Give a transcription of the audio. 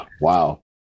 Wow